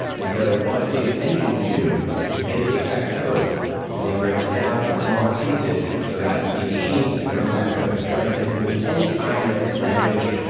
and so what these engines do is they take that code and they break it down into smaller pieces so that the machine can run that code. because with any kind of language,